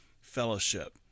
Fellowship